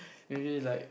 maybe like